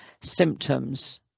symptoms